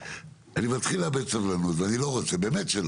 אני מתחיל לאבד סבלנות ואני לא רוצה, באמת שלא.